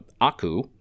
aku